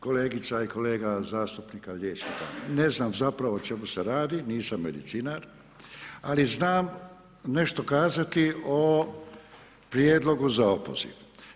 Kolegica i kolega zastupnika liječnika, ne znam, zapravo o čemu se radi, nisam medicinar, ali znam nešto kazati o prijedlogu za opoziv.